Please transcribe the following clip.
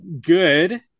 good